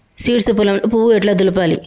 Seeds పొలంలో పువ్వు ఎట్లా దులపాలి?